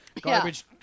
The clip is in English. garbage